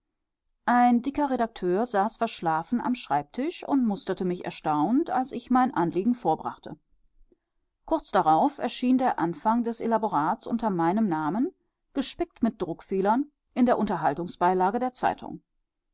ein dicker redakteur saß verschlafen am schreibtisch und musterte mich erstaunt als ich mein anliegen vorbrachte kurz darauf erschien der anfang des elaborats unter meinem namen gespickt mit druckfehlern in der unterhaltungsbeilage der zeitung